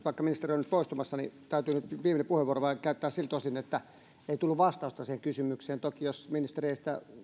vaikka ministeri on nyt poistumassa niin täytyy nyt viimeinen puheenvuoro vain käyttää siltä osin että ei tullut vastausta siihen kysymykseen toki jos ministeri ei sitä